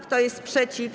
Kto jest przeciw?